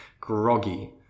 groggy